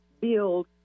build